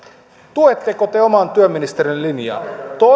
tuetteko te oman työministerinne linjaa